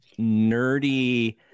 nerdy